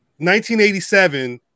1987